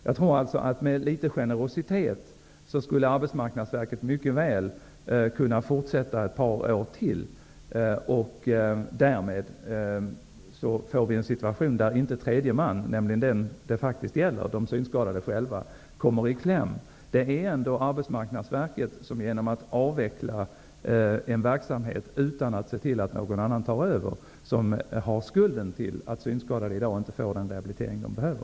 Jag tror alltså att Arbetsmarknadsverket, med litet generositet, mycket väl skulle kunna fortsätta ett par år till. Därmed skulle vi få en situation där tredje man, dvs. den det faktiskt gäller, den synskadade själv, inte kommer i kläm. Det är ändå Arbetsmarknadsverket, som genom att avveckla en verksamhet utan att se till att någon annan tar över, som har skulden till att synskadade i dag inte får den rehabilitering som de behöver.